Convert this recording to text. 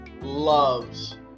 loves